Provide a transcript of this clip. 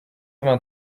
vingt